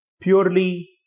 purely